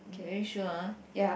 you very sure ah